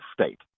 state